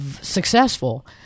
successful